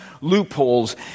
loopholes